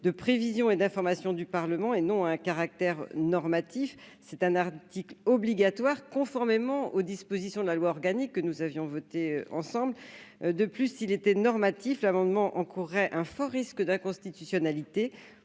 de prévision et d'information du Parlement et non un caractère normatif, c'est un article obligatoire, conformément aux dispositions de la loi organique que nous avions voté ensemble, de plus il était normatif amendement un fort risque d'inconstitutionnalité